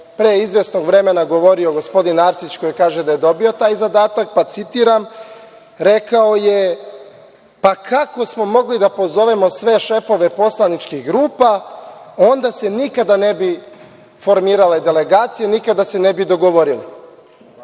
pre izvesnog vremena govorio gospodin Arsić, koji kaže da je dobio taj zadatak. Citiram, rekao je – pa kako smo mogli da pozovemo sve šefove poslaničkih grupa, onda se nikada ne bi formirale delegacije, nikada se ne bi dogovorili.